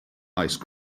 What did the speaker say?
ice